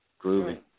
Groovy